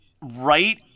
right